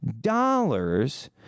dollars